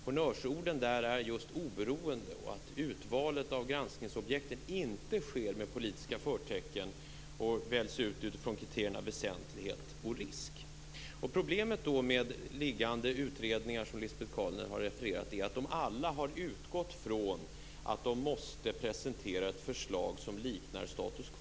Honnörsorden är just oberoende och att valet av granskningsobjektet inte sker med politiska förtecken och sker utifrån kriterierna väsentlighet och risk. Problemet med liggande utredningar, som Lisbet Calner har refererat, är att de alla har utgått från att de måste presentera ett förslag som liknar status quo.